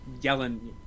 yelling